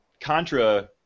contra